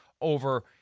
over